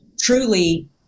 truly